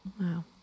Wow